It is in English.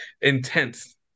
Intense